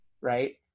right